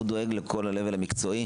אבל הוא לא אחראי,